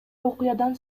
окуядан